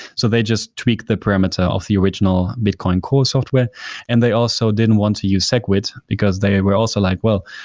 so they just tweaked the parameter of the original bitcoin core software and they also didn't want to use segwit, because they were also like, well,